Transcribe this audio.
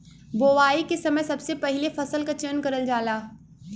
बोवाई के समय सबसे पहिले फसल क चयन करल जाला